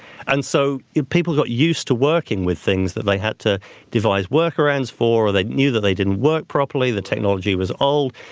and so people got used to working with things that they had to devise work arounds for, or they knew that they didn't work properly. the technology was old.